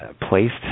placed